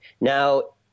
Now